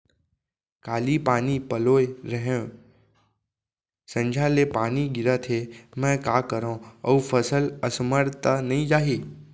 काली पानी पलोय रहेंव, संझा ले पानी गिरत हे, मैं का करंव अऊ फसल असमर्थ त नई जाही?